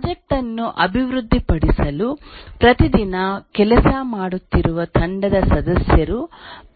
project ಅನ್ನು ಅಭಿವೃದ್ಧಿಪಡಿಸಲು ಪ್ರತಿದಿನ ಕೆಲಸ ಮಾಡುತ್ತಿರುವ ತಂಡದ ಸದಸ್ಯರು